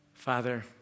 Father